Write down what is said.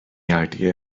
idea